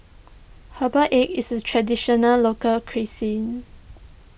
Herbal Egg is a Traditional Local Cuisine